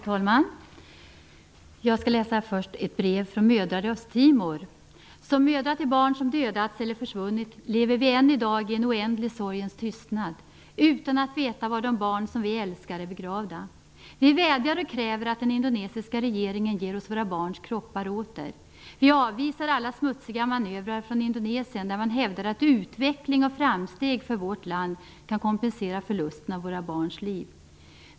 Herr talman! Jag skall först läsa ett brev från mödrar i Östtimor: Som mödrar till barn som dödats eller försvunnit lever vi än i dag i en oändlig sorgens tystnad utan att veta var de barn som vi älskar är begravda. Vi vädjar och kräver att den indonesiska regeringen ger oss våra barns kroppar åter. Vi avvisar alla smutsiga manövrar från Indonesien där man hävdar att utveckling och framsteg för vårt land kan kompensera förlusterna av våra barns liv.